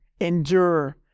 endure